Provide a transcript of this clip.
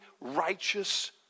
righteous